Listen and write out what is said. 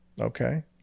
okay